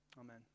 Amen